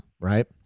right